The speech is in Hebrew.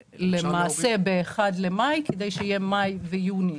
למעשה ביום 1 במאי, כדי שיהיה את מאי ויוני,